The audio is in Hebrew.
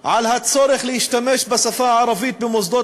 על הצורך להשתמש בשפה הערבית במוסדות